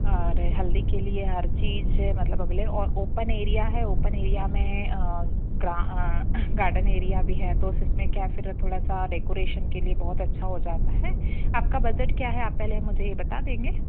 और हल्दी के लिए हर चीज़ मतलब अव्लैबे हैं और ओपन एरिया है ओपन एरिया में गार्डन एरिया भी है तो उसमें क्या है फिर थोड़ा सा डेकोरेशन के लिए बहुत अच्छा हो जाता है आपका बजट क्या है आप पहले मुझे यह बता देंगे